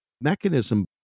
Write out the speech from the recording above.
mechanism